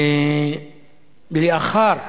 לאחר